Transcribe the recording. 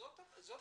זאת הבעיה.